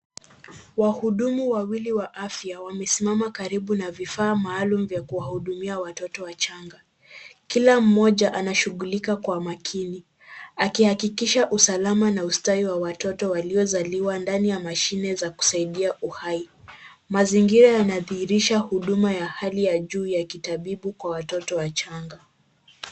Wahudumu wawili wa afya wamesimama karibu na vifaa maalumu vya kuwahudumiwa watoto wachanga. Kila mmoja anashughulika kwa makini, akihakikisha usalama na ustawi wa watoto waliozaliwa ndani ya mashine za kusaidia uhai. Mazingira yanadhihirisha huduma ya hali ya juu ya kitabibu kwa watoto wachanga.